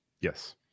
Yes